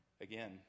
again